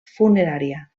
funerària